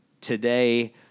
today